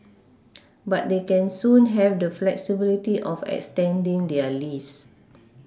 but they can soon have the flexibility of extending their lease